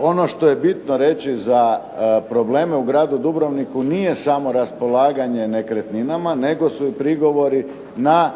Ono što je bitno reći za probleme u gradu Dubrovniku nije samo raspolaganje nekretninama, nego su i prigovori na